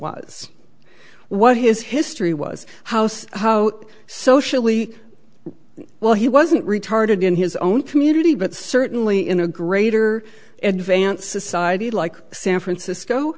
was what his history was house how socially well he wasn't retarded in his own community but certainly in a greater advanced society like san francisco